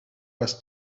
was